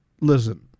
Listen